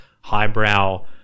highbrow